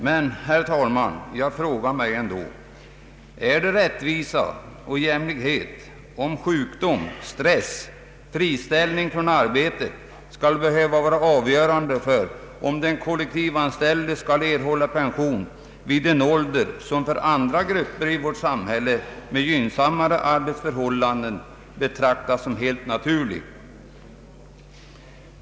Men, herr talman, jag frågar mig ändå: Är det rättvisa och jämlikhet, att sjukdom, stress och friställning från arbetet skall behöva vara avgörande för om den kollektivanställde skall erhålla pension vid en ålder, som för andra grupper i vårt samhälle med gynnsammare arbetsförhållanden betraktas som helt naturlig?